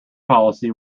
policy